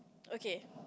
okay